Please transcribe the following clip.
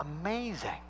amazing